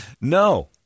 No